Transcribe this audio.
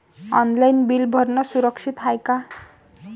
Online bill भरनं सुरक्षित हाय का?